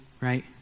right